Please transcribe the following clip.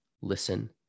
listen